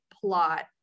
plot